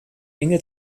enge